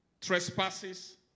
trespasses